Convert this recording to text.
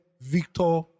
victor